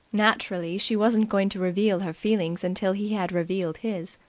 naturally she wasn't going to reveal her feelings until he had revealed his.